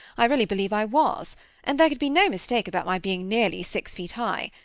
i really believe i was and there could be no mistake about my being nearly six feet high.